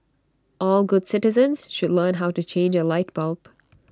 all good citizens should learn how to change A light bulb